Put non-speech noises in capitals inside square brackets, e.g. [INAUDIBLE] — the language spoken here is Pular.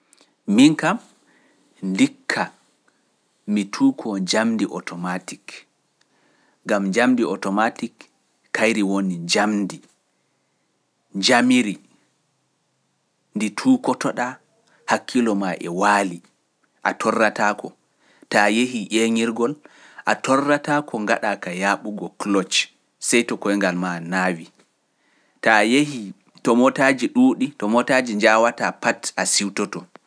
[NOISE] Miin kam, ndikkaa, mi tuukoo jamndi otomaatik, gam jamndi otomaatik kayri woni jamndi, jamiri, ndi tuukotoɗaa hakkilo maa e waali, a torrataako, taa yehi ƴeeñirgol, a torrataako ngaɗa ka yaaɓugo kloche seyto koyngal maa naawi. Ta yehi to motaji ɗuuɗi, to motaji njawataa pat a siwtoto.